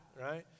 right